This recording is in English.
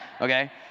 okay